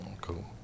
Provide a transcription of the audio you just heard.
Cool